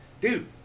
Dude